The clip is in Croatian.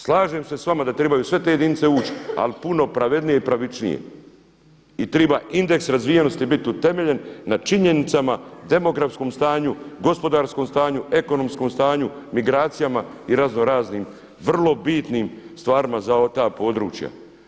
Slažem se s vama da trebaju sve te jedinice ući, ali puno pravednije i pravičnije i treba indeks razvijenosti biti utemeljen na činjenicama, demografskom stanju, gospodarskom stanju, ekonomskom stanju, migracijama i raznoraznim vrlo bitnim stvarima za ta područja.